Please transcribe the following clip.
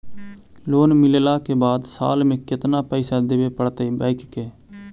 Loan मिलला के बाद साल में केतना पैसा देबे पड़तै बैक के?